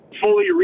fully